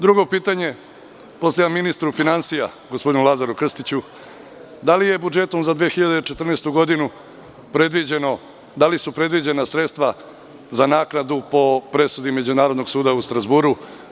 Drugo pitanje postavljam ministru finansija, gospodinu Lazaru Krstiću – da li su budžetom za 2014. godinu predviđena sredstva za naknadu po presudi Međunarodnog suda u Strazburu?